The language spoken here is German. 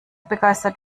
begeistert